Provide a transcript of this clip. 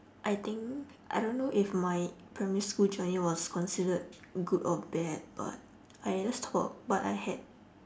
I think I don't know if my primary school journey was considered good or bad but I had this thought but I had